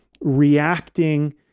reacting